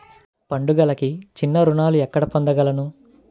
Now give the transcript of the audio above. పండుగలకు చిన్న రుణాలు ఎక్కడ పొందగలను?